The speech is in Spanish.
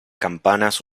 campanas